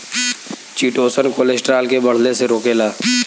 chitosan cholesterol के बढ़ले से रोकेला